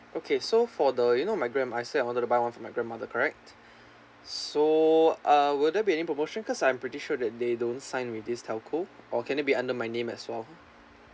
okay so for the you know my grand~ I say I wanted to buy one for my grandmother correct so uh will there be any promotion cause I'm pretty sure that they don't sign with this telco or can it be under my name as well